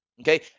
Okay